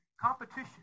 Competition